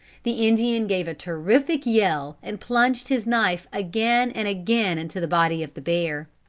the indian gave a terrific yell and plunged his knife again and again into the body of the bear.